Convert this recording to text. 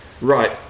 right